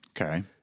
Okay